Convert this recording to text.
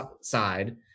side